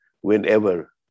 whenever